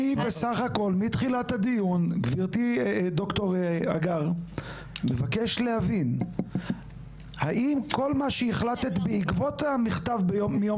מתחילת הדיון אני מבקש להבין האם כל מה שהחלטת בעקבות המכתב מיום